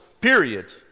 period